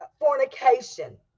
Fornication